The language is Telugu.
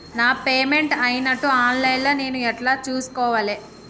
నా పేమెంట్ అయినట్టు ఆన్ లైన్ లా నేను ఎట్ల చూస్కోవాలే?